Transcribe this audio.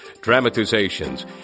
dramatizations